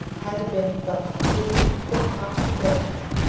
had been but food for contemplation.